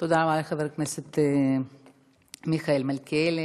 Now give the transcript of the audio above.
תודה רבה לחבר הכנסת מיכאל מלכיאלי.